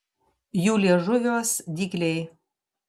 jų liežuviuos dygliai